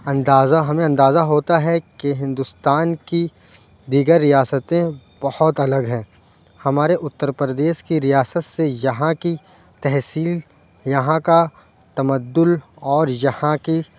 اندازہ ہمیں اندازہ ہوتا ہے کہ ہندوستان کی دیگر ریاستیں بہت الگ ہیں ہمارے اُتر پردیش کے ریاست سے یہاں کی تہذیب یہاں کا تمدّن اور یہاں کی